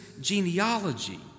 genealogy